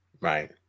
Right